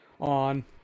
on